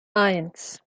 eins